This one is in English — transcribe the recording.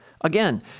Again